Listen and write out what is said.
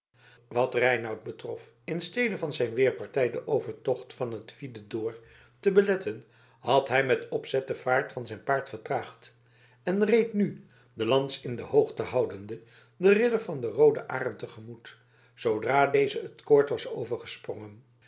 wat reinout betrof in stede van zijn weerpartij den overtocht van het fis d'or te beletten had hij met opzet de vaart van zijn paard vertraagd en reed nu de lans in de hoogte houdende den ridder van den rooden arend te gemoet zoodra deze het koord was overgesprongen